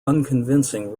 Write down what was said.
unconvincing